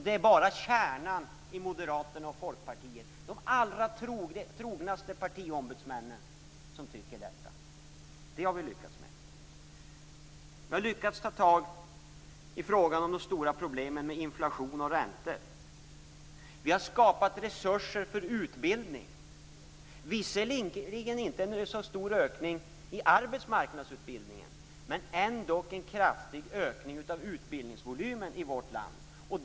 Det vill bara kärnan och de allra trognaste ombudsmännen i Moderata samlingspartiet och i Vi har lyckats med att ta tag i de stora problemen med inflation och räntor. Vi har skapat resurser för utbildning. Visserligen är ökningen i arbetsmarknadsutbildning inte så stor, men utbildningsvolymen i vårt land har ökat kraftigt.